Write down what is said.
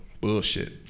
Bullshit